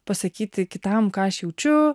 pasakyti kitam ką aš jaučiu